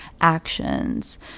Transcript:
actions